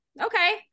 Okay